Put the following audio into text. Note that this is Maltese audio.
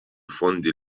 fondi